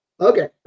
okay